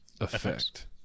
effect